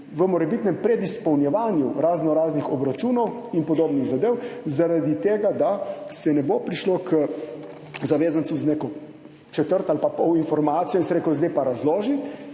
v morebitnem predizpolnjevanju raznoraznih obračunov in podobnih zadev zaradi tega, da se ne bo prišlo k zavezancu z neko četrt ali pa pol informacijo in se reklo, zdaj pa razloži,